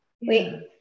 Wait